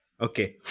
Okay